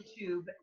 YouTube